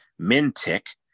Mintic